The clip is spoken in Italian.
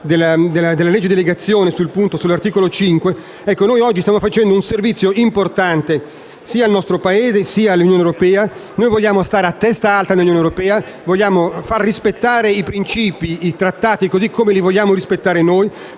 della legge di delegazione sull'articolo 5, stiamo rendendo un servizio importante sia al nostro Paese sia all'Unione europea. Noi vogliamo stare a testa alta nell'Unione europea, vogliamo far rispettare i principi e i Trattati, così come li vogliamo rispettare noi,